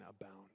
abound